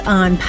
on